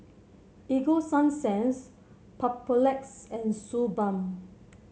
Ego Sunsense Papulex and Suu Balm